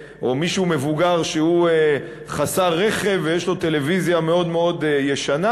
מבוגר שהוא חסר רכב ויש לו טלוויזיה מאוד מאוד ישנה,